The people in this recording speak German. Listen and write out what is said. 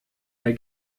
der